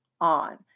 on